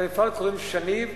למפעל קוראים "שניב",